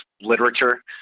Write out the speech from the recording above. literature